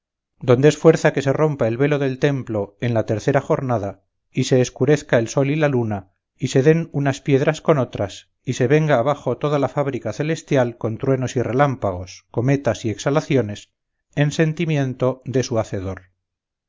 donde es fuerza que se rompa el velo de el templo en la tercera jornada y se escurezca el sol y la luna y se den unas piedras con otras y se venga abajo toda la fábrica celestial con truenos y relámpagos cometas y exhalaciones en sentimiento de su hacedor